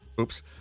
Oops